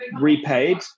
repaid